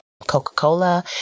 coca-cola